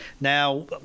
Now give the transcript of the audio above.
Now